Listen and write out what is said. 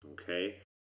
Okay